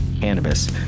cannabis